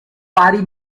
vari